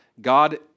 God